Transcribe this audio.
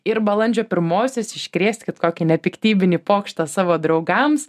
ir balandžio pirmosios iškrėskit kokį nepiktybinį pokštą savo draugams